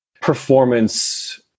performance